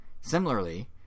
Similarly